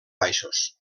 baixos